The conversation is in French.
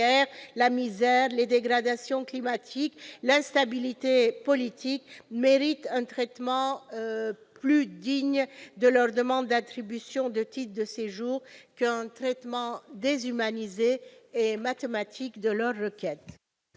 la misère, les dégradations climatiques ou l'instabilité politique méritent un traitement plus digne de leur demande d'attribution de titre de séjour qu'une procédure déshumanisée et mathématique. La parole est